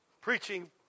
Preaching